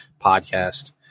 podcast